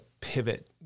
pivot